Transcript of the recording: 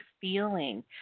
feeling